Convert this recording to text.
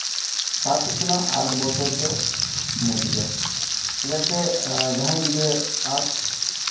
ᱥᱟᱛ ᱠᱷᱚᱱᱟᱜ ᱟᱴ ᱵᱚᱪᱷᱚᱨ ᱫᱚ ᱢᱚᱡᱽ ᱜᱮᱭᱟ ᱪᱮᱫᱟᱜ ᱥᱮ ᱡᱟᱦᱟᱸᱭ ᱜᱤᱫᱽᱨᱟᱹ ᱟᱨᱴ